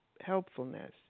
helpfulness